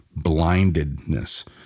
blindedness